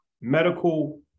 medical